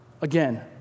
Again